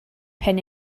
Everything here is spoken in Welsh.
pen